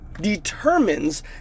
determines